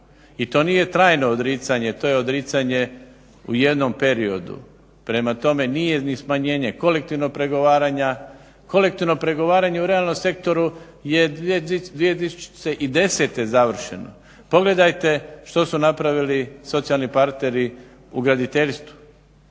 I to nije trajno odricanje, to je odricanje u jednom periodu. Prema tome, nije ni smanjenje kolektivnog pregovaranja. Kolektivno pregovaranje u realnom sektoru je 2010. završeno. Pogledajte što su napravili socijalni partneri u graditeljstvu?